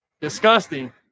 disgusting